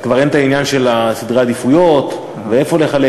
כבר אין העניין של סדרי העדיפויות ואיפה לחלק.